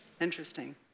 Interesting